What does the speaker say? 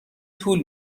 طول